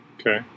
Okay